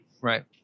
Right